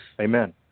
Amen